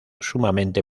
sumamente